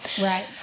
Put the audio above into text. Right